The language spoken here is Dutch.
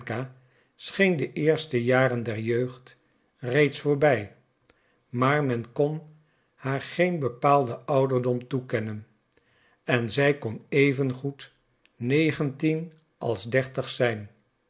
scheen de eerste jaren der jeugd reeds voorbij maar men kon haar geen bepaalden ouderdom toekennen en zij kon evengoed negentien als dertig zijn